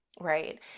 right